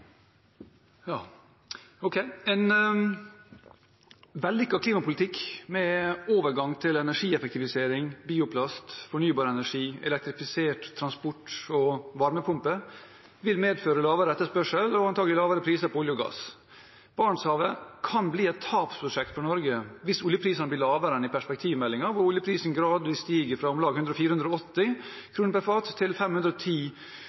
En vellykket klimapolitikk med overgang til energieffektivisering, bioplast, fornybar energi, elektrifisert transport og varmepumper vil medføre lavere etterspørsel og antakelig lavere priser på olje og gass. Barentshavet kan bli et tapsprosjekt for Norge hvis oljeprisen blir lavere enn i Perspektivmeldingen, der oljeprisen gradvis stiger fra om lag 480 kr per fat til 510